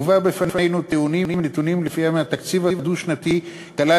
הובאו בפנינו טיעונים ונתונים שלפיהם התקציב הדו-שנתי כלל